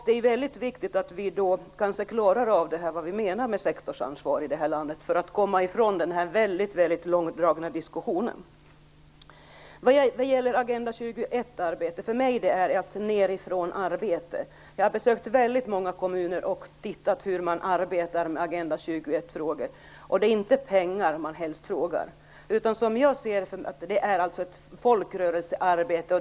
Det är väldigt viktigt att klara ut vad vi menar med sektorsansvaret för att komma ifrån denna väldigt långdragna diskussion. Agenda 21-arbetet är för mig ett nerifrån-arbete. Jag har besökt många kommuner och tittat hur man arbetar med Agenda 21-frågor. Det är inte pengar man helst frågar efter. Det är ett folkrörelsearbete.